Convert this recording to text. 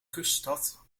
kuststad